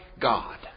God